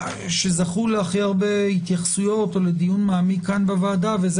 שזכו להכי הרבה התייחסויות או לדיון מעמיק כאן בוועדה וזה